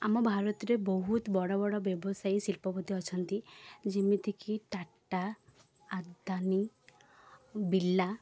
ଆମ ଭାରତରେ ବହୁତ ବଡ଼ ବଡ଼ ବ୍ୟବସାୟୀ ଶିଳ୍ପପତି ଅଛନ୍ତି ଯେମିତିକି ଟାଟା ଆଦାନି ବିର୍ଲା